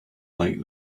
like